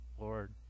Lord